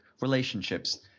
relationships